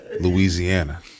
Louisiana